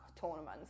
tournaments